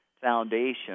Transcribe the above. foundation